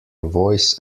voice